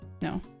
no